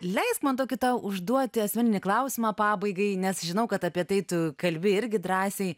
leisk man tokį tau užduoti asmeninį klausimą pabaigai nes žinau kad apie tai tu kalbi irgi drąsiai